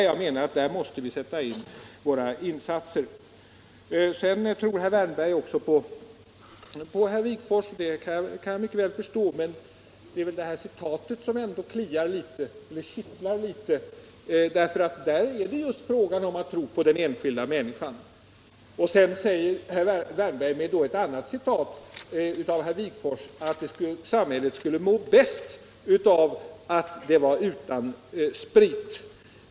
Jag menar att vi måste sätta in våra insatser på den punkten. Sedan tror herr Wärnberg också på herr Wigforss, och det kan jag mycket väl förstå, men det citat som jag anförde måtte väl ändå besvära herr Wärnberg något, eftersom det just förespråkar en tro på den enskilda människan. Herr Wärnberg svarar med ett citat av herr Wigforss, om att samhället skulle må bäst av att vara utan sprit.